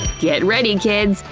get ready and kids,